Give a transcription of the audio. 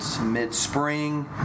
mid-spring